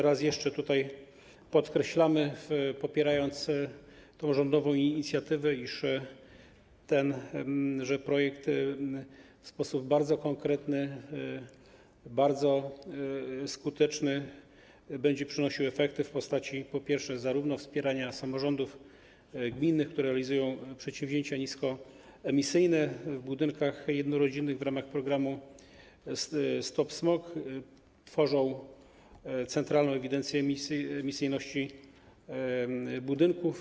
Raz jeszcze podkreślamy, popierając tę rządową inicjatywę, iż tenże projekt w sposób bardzo konkretny, bardzo skuteczny będzie przynosił efekty w postaci, po pierwsze, wspierania samorządów gminnych, które realizują przedsięwzięcia niskoemisyjne w budynkach jednorodzinnych w ramach programu „Stop smog”, tworzą Centralną Ewidencję Emisyjności Budynków.